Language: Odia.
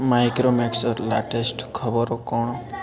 ମାଇକ୍ରୋମ୍ୟାକ୍ସ୍ର ଲାଟେଷ୍ଟ୍ ଖବର କ'ଣ